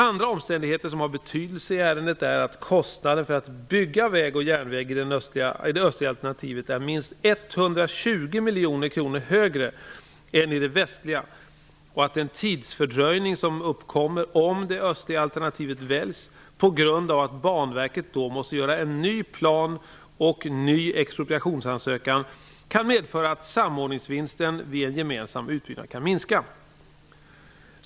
Andra omständigheter som har betydelse i ärendet är att kostnaden för att bygga väg och järnväg i det östliga alternativet är minst 120 miljoner kronor högre än i det västliga och att den tidsfördröjning som uppkommer om det östliga alternativet väljs, på grund av att Banverket då måste göra ny plan och ny expropriationsansökan, kan medföra att samordningsvinsten vid en gemensam utbyggnad kan minska.